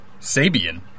Sabian